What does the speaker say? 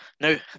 no